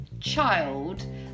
child